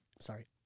Sorry